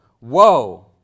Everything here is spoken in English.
woe